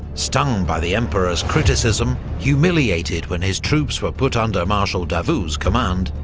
stung by the emperor's criticism, humiliated when his troops were put under marshal davout's command,